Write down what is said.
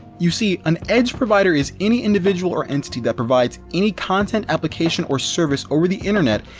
you see, an edge provider is any individual or entity that provides any content, application, or service over the internet,